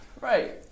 Right